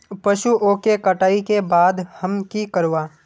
पशुओं के कटाई के बाद हम की करवा?